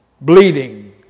Bleeding